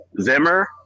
Zimmer